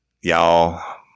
y'all